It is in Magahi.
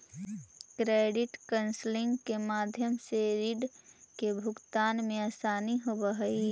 क्रेडिट काउंसलिंग के माध्यम से रीड के भुगतान में असानी होवऽ हई